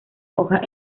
hojas